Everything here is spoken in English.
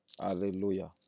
Hallelujah